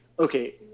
Okay